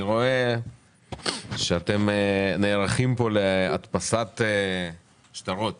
אני רואה שאתם נערכים להדפסת שטרות